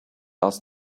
asked